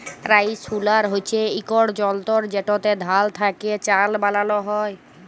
rice huller হছে ইকট যলতর যেটতে ধাল থ্যাকে চাল বালাল হ্যয়